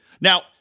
Now